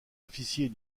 officier